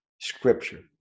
scripture